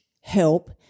help